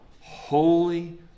holy